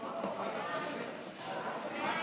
סעיפים